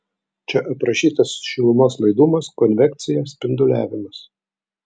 čia aprašytas šilumos laidumas konvekcija spinduliavimas